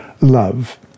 love